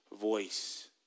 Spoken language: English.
voice